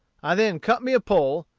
i then cut me a pole,